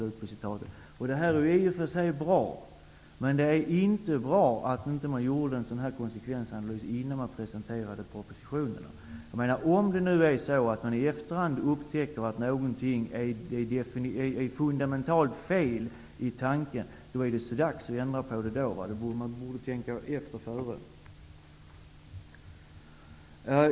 Detta är i och för sig bra. Men det är inte bra att att man inte gjorde en sådan konsekvensanalys innan man presenterade propositionen. Om man i efterhand upptäcker att någonting är fundamentalt fel i tanken är det så dags att ändra på det. Man borde tänka efter före.